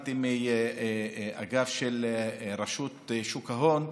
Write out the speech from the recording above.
הבנתי מאגף רשות שוק ההון,